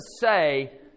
say